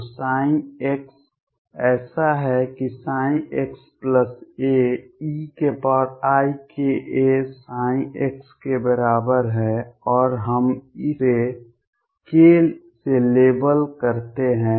तो x ऐसा है कि xa eikax के बराबर है और हम इसे k से लेबल करते हैं